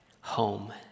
home